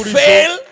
fail